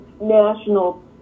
national